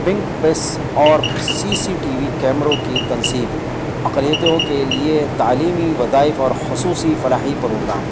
pink bus اور C C T V کیمروں کی تنصیب اقلیتوں کے لیے تعلیمی وظائف اور خصوصی فلاحی پروگرام